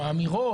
או האמירות,